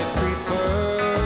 prefer